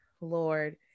Lord